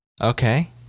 Okay